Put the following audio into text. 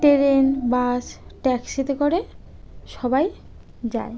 train bus ট্যাক্সিতে করে সবাই যায়